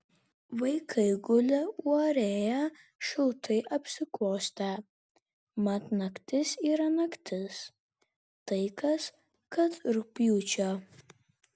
vaikai guli uorėje šiltai apsiklostę mat naktis yra naktis tai kas kad rugpjūčio